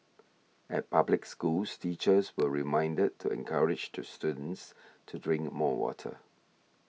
at public schools teachers were reminded to encourage the students to drink more water